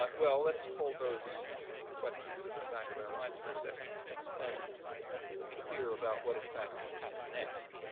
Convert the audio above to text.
but well, let's hold those questions in the back of our minds for a second and be clear about what in fact happened next.